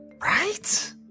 Right